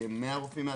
יש 110 רופאים כאלה.